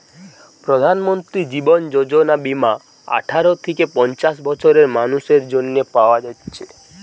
প্রধানমন্ত্রী জীবন যোজনা বীমা আঠারো থিকে পঞ্চাশ বছরের মানুসের জন্যে পায়া যাচ্ছে